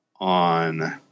On